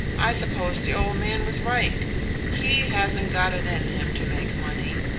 i suppose the old man was right he hasn't got it in him to make money.